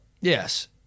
Yes